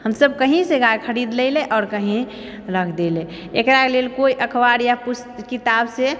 हमसब कहीँसँ गाय खरीद लेलै आओर कहीँ रख देलै एकरा लेल कोइ अखबार या पुस्त किताबसँ